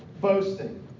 boasting